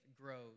grows